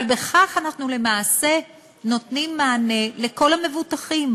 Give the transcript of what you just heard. אבל בכך אנחנו למעשה נותנים מענה לכל המבוטחים,